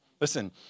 Listen